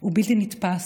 הוא בלתי נתפס,